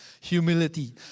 Humility